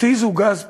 התיזו גז פלפל.